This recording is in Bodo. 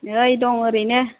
नै दं ओरैनो